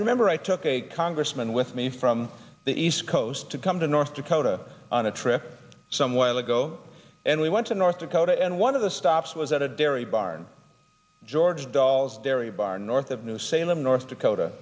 remember i took a congressman with me from the east coast to come to north dakota on a trip some while ago and we went to north dakota and one of the stops was at a dairy barn george doll's dairy barn north of new salem north dakota